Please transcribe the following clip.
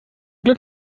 glück